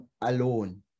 alone